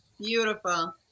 Beautiful